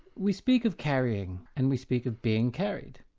we, speak of carrying and we speak of being carried,